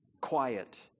quiet